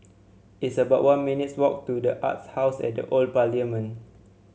it's about one minutes' walk to the Arts House at The Old Parliament